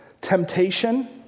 Temptation